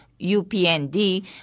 UPND